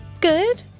good